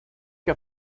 que